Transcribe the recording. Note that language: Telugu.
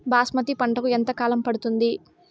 బాస్మతి పంటకు ఎంత కాలం పడుతుంది?